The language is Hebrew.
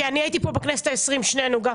כי אני הייתי פה בכנסת העשרים עם גפני